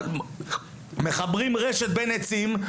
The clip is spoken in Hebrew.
מחברים רשת בין עצים,